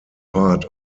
part